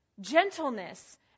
gentleness